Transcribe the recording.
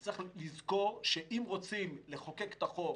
צריך לזכור, שאם רוצים לחוקק את החוק